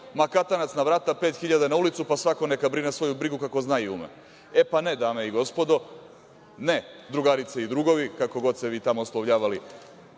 Ma katanac na vrata, pa svako neka brine svoju brigu, kako zna i ume. E pa, ne dame i gospodo, ne, drugarice i drugovi kako god se vi tamo oslovljavali,